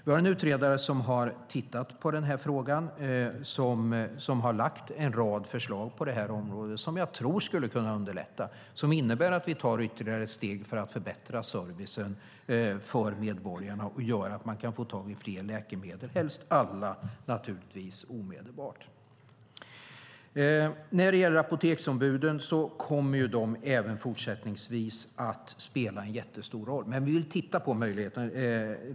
Vi har en utredare som har tittat på den här frågan och som har lagt fram en rad förslag på det här området som jag tror skulle kunna underlätta, som innebär att vi tar ytterligare steg för att förbättra servicen för medborgarna och gör att man kan få tag i fler läkemedel, helst alla, naturligtvis, omedelbart. Apoteksombuden kommer även fortsättningsvis att spela en jättestor roll. Men vi vill titta på den här möjligheten.